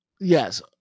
Yes